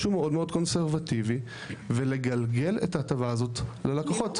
משהו מאוד קונסרבטיבי ולגלגל את ההטבה הזאת ללקוחות?